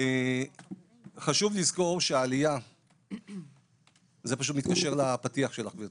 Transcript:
חשוב לזכור שהעלייה בשכר עבודה